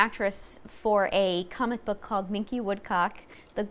actress for a comic book called make you would cock the